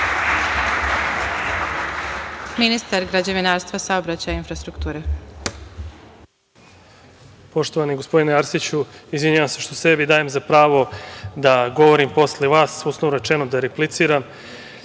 ministar građevinarstva, saobraćaja i infrastrukture.